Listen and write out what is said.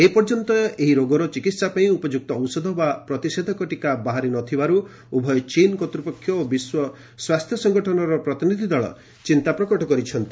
ଏପର୍ଯ୍ୟନ୍ତ ଏହି ରୋଗର ଚିକିହାପାଇଁ ଉପଯ୍ୟକ୍ତ ଔଷଧ ବା ପ୍ରତିଷେଧକ ଟୀକା ବାହାରି ନ ଥିବାରୁ ଉଭୟ ଚୀନ୍ କର୍ତ୍ତ୍ୱପକ୍ଷ ଓ ବିଶ୍ୱ ସ୍ୱାସ୍ଥ୍ୟ ସଙ୍ଗଠନ ପ୍ରତିନିଧି ଦଳ ଚିନ୍ତା ପ୍ରକଟ କରିଛନ୍ତି